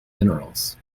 minerals